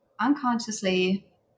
unconsciously